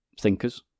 thinkers